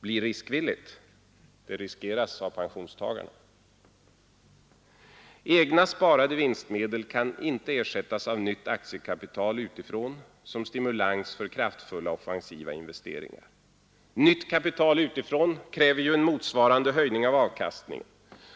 blir riskvilligt — det riskeras av pensionstagarna. Egna sparade vinstmedel kan inte ersättas av nytt aktiekapital utifrån som stimulans för kraftfulla offensiva investeringar. Nytt kapital utifrån kräver en motsvarande höjning av avkastningen.